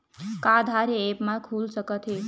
का आधार ह ऐप म खुल सकत हे?